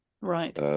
Right